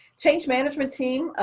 change management team,